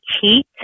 heat